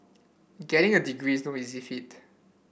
getting a degree is no easy feat